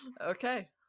Okay